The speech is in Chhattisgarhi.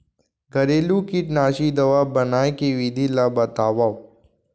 घरेलू कीटनाशी दवा बनाए के विधि ला बतावव?